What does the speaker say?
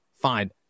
fine